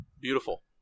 Beautiful